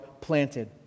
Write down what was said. planted